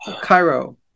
Cairo